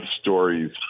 stories